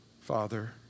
Father